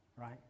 right